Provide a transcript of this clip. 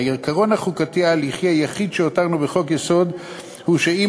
העיקרון החוקתי ההליכי היחיד שהותרנו בחוק-יסוד הוא שאם